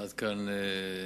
עד כאן המחאה.